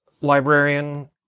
librarian